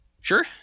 Sure